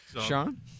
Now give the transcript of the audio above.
Sean